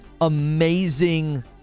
amazing